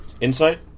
Insight